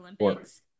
Olympics